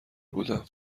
بودم